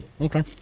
Okay